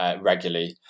regularly